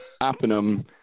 Appenum